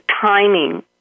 timing